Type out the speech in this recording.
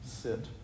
Sit